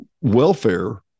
welfare